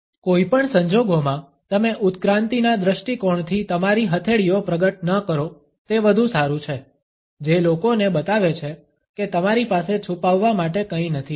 કોઈ પણ સંજોગોમાં તમે ઉત્ક્રાંતિના દ્રષ્ટિકોણથી તમારી હથેળીઓ પ્રગટ ન કરો તે વધુ સારું છે જે લોકોને બતાવે છે કે તમારી પાસે છુપાવવા માટે કંઈ નથી